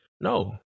no